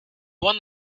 one